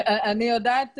אני יודעת,